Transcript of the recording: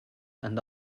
and